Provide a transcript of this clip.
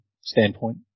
standpoint